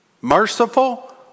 Merciful